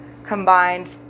combined